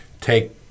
take